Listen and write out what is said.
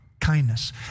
kindness